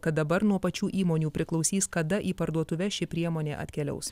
kad dabar nuo pačių įmonių priklausys kada į parduotuves ši priemonė atkeliaus